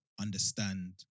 understand